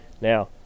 Now